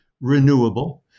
renewable